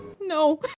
No